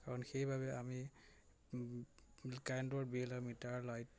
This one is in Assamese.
কাৰণ সেইবাবে আমি কাৰেণ্টৰ বিল আৰু মিটাৰ লাইট